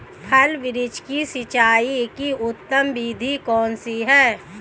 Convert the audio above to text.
फल वृक्ष की सिंचाई की उत्तम विधि कौन सी है?